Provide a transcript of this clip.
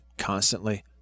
constantly